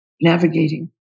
navigating